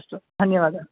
अस्तु धन्यवादः